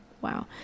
wow